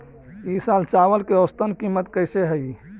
ई साल चावल के औसतन कीमत कैसे हई?